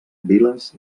viles